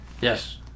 Yes